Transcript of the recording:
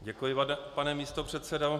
Děkuji, pane místopředsedo.